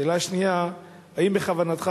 שאלה שנייה: האם בכוונתך,